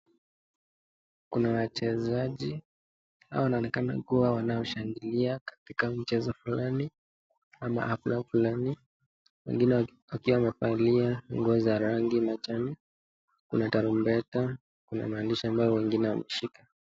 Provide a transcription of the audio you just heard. Kuna wachezaji, hao wanaoonekana wanashangilia katika mchezo fulani, ama hafla fulani, wengine wakiwa wamevalia nguo za rangi ya majani, kuna tarumbeta, kuna maandishi ambayo wengine wameshika.